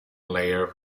layer